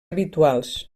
habituals